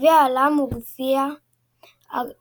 "גביע העולם" או "הגביע העולמי".